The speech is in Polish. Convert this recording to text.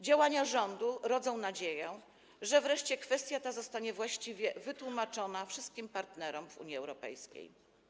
Działania rządu rodzą nadzieję, że wreszcie kwestia ta zostanie właściwie wytłumaczona wszystkim partnerom w Unii Europejskiej.